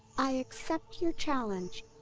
i accept your challenge!